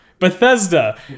Bethesda